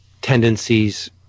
tendencies